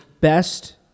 best